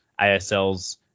asls